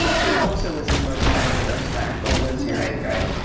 who also was in bodh gaya with us back all those years ago,